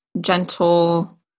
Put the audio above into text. gentle